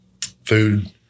food